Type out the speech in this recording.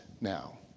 now